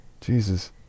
Jesus